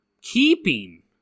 keeping